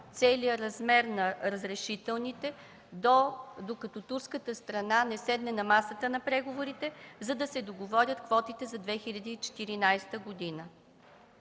целия размер на разрешителните, докато турската страна не седне на масата на преговорите, за да се договорят квотите за 2014 г.